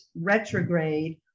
retrograde